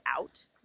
out